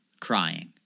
crying